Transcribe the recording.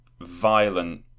violent